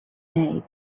made